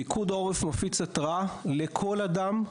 פיקוד העורף מפיץ התרעה לכל אדם,